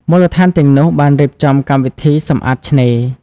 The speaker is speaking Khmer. មូលដ្ឋានទាំងនោះបានរៀបចំកម្មវិធីសម្អាតឆ្នេរ។